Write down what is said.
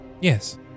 Yes